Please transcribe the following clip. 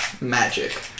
magic